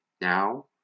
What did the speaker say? now